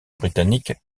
britannique